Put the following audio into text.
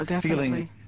Feeling